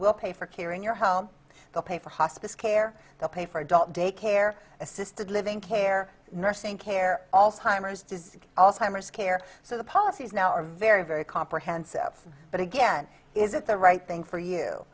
will pay for care in your home they'll pay for hospice care they'll pay for adult daycare assisted living care nursing care also alzheimer's care so the policies now are very very comprehensive but again is it the right thing for you